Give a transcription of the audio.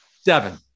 Seven